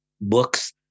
books